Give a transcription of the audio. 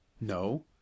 no